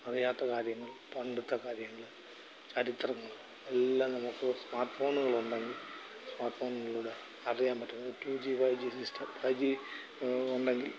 അറിയാത്ത കാര്യങ്ങൾ പണ്ടത്തെ കാര്യങ്ങൽ ചരിത്രങ്ങൽ എല്ലാം നമുക്ക് സ്മാർട്ട് ഫോണുകളുണ്ടെങ്കിൽ സ്മാർട്ട് ഫോണിലൂടെ അറിയാൻ പറ്റുന്നു two G five G system five G ഉണ്ടെങ്കിൽ